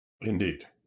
Indeed